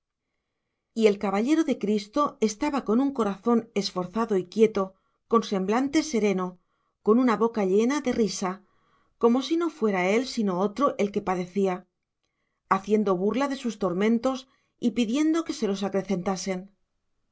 y el caballero de cristo estaba con un corazón esforzado y quieto con semblante sereno con una boca llena de risa como si no fuera él sino otro el que padecía haciendo burla de sus tormentos y pidiendo que se los acrecentasen